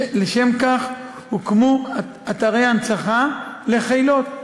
לשם כך הוקמו אתרי הנצחה לחילות.